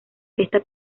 fiesta